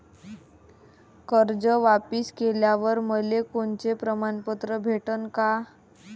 कर्ज वापिस केल्यावर मले कोनचे प्रमाणपत्र भेटन का?